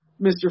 Mr